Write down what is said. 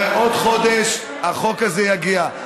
חבר'ה, בעוד חודש החוק הזה יגיע.